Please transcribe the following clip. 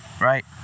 right